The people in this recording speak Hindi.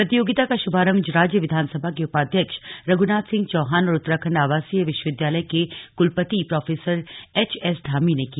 प्रतियोगिता का शुभारंभ राज्य विधानसभा के उपाध्यक्ष रघुनाथ सिंह चौहान और उत्तराखंड आवासीय विश्वविद्यालय के कुलपति प्रोफेसर एचएस धामी ने किया